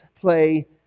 play